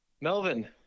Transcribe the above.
Melvin